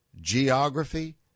geography